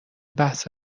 بحث